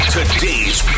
Today's